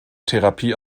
therapie